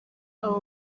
abo